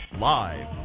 Live